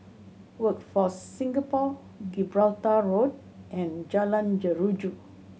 Workforce Singapore Gibraltar Road and Jalan Jeruju